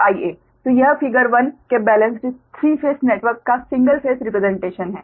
तो यह फिगर 1 के बेलेंस्ड 3 फेस नेटवर्क का सिंगल फेस रीप्रेसेंटेशन है